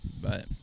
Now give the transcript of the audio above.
but-